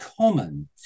common